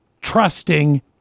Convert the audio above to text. Trusting